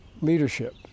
Leadership